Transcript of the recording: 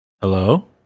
Hello